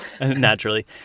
naturally